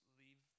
leave